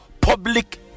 public